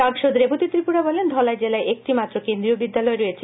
সাংসদ রেবতী ত্রিপুরা বলেন ধলাই জেলায় একটি মাত্র কেন্দ্রীয় বিদ্যালয় রয়েছে